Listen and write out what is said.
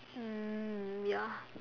mm ya